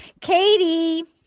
Katie